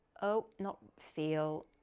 oh, not feel,